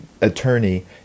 attorney